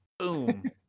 boom